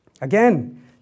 Again